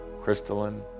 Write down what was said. Crystalline